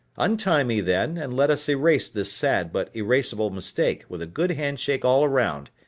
untie me, then, and let us erase this sad but eraseable mistake with a good handshake all around,